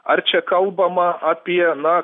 ar čia kalbama apie na